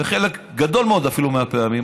בחלק גדול מאוד מהפעמים,